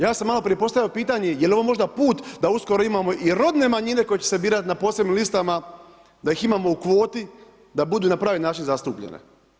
Ja sam malo prije postavio pitanje je li ovo možda put da uskoro imamo i rodne manjine koje će se birati na posebnim listama da ih imamo u kvoti, da budu na pravi način zastupljene.